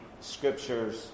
scriptures